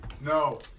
No